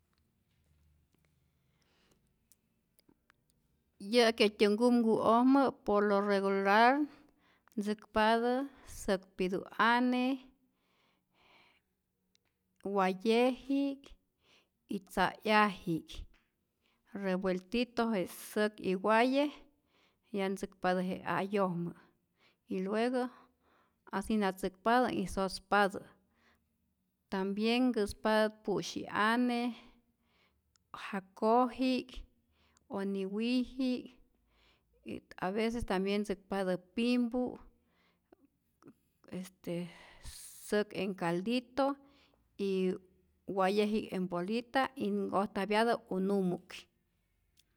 Yä'ki äjtyä nkumku'ojmä por lo regular ntzäkpatä säk pitu ane, wayeji'k y tza'yaji'k, revueltito je säk y waye ya ntzäkpatä je a'yojmä, y luego asinatzäkpatä y sospatä, tambien nkäspatä pu'syi'ane' jakoji'k o niwiji'k, y aveces tambien ntzäkatä pimpu' este säk en caldito, wayeji'k en bolita y nkojtapyatä unumu'k.